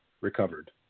recovered